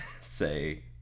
say